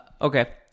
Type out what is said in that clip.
okay